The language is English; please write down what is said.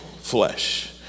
flesh